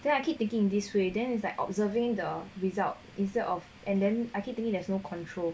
then I keep thinking this way then it's like observing the result instead of and then I keep thinking there's no control